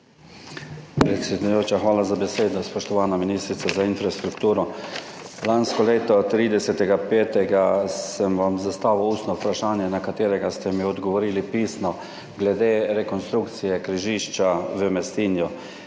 hvala za besedo. Spoštovana ministrica za infrastrukturo! Lansko leto, 30. 5., sem vam zastavil ustno vprašanje, na katerega ste mi odgovorili pisno, glede rekonstrukcije križišča v Mestinju